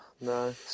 no